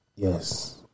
Yes